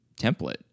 template